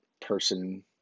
person